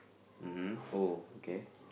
mmhmm oh okay